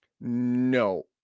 No